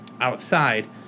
outside